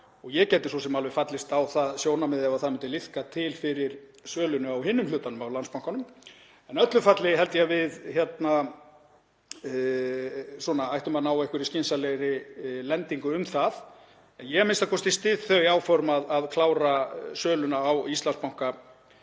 og ég gæti svo sem alveg fallist á það sjónarmið ef það myndi liðka til fyrir sölunni á hinum hlutanum af Landsbankanum. En í öllu falli held ég að við ættum að ná einhverri skynsamlegri lendingu um það. Ég styð a.m.k. þau áform að klára söluna á Íslandsbanka